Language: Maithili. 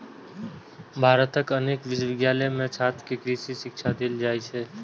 भारतक अनेक विश्वविद्यालय मे छात्र कें कृषि शिक्षा देल जाइ छै